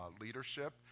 leadership